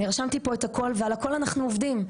אני רשמתי פה את הכול ועל הכול אנחנו עובדים.